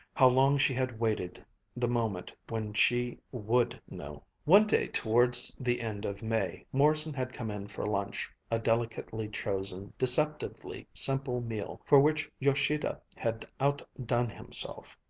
how long she had waited the moment when she would know! one day towards the end of may, morrison had come in for lunch, a delicately chosen, deceptively simple meal for which yoshida had outdone himself.